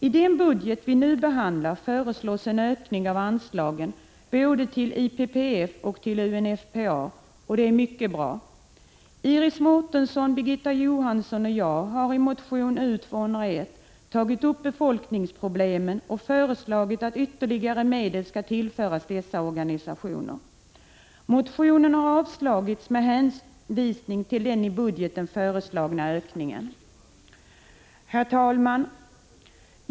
I den budget vi nu behandlar föreslås en ökning av anslaget både till IPPF och till UNFPA, och det är mycket bra. Iris Mårtensson, Birgitta Johansson och jag har i motion U201 tagit upp befolkningsproblemen och föreslagit att ytterligare medel skall tillföras dessa organisationer. Motionen har avstyrkts med hänvisning till den i budgeten föreslagna ökningen. Herr talman!